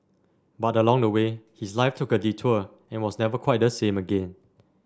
but along the way his life took a detour and was never quite the same again